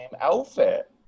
outfit